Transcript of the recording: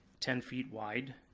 ten feet wide,